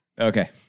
Okay